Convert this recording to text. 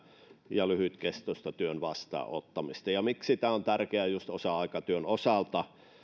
ja lyhytkestoisen työn vastaanottamista miksi tämä on tärkeää just osa aikatyön osalta